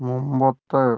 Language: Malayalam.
മുമ്പത്തെ